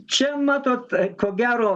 čia matot ko gero